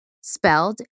Spelled